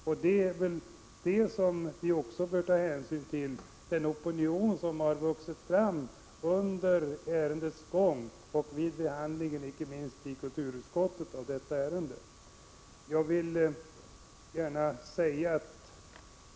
Och vi bör väl också ta hänsyn just till den opinion som vuxit fram under ärendets gång och vid behandlingen inte minst i kulturutskottet av detta ärende.